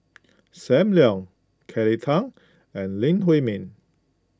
Sam Leong Kelly Tang and Lee Huei Min